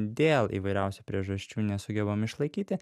dėl įvairiausių priežasčių nesugebam išlaikyti